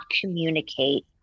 communicate